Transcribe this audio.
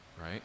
right